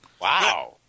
Wow